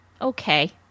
okay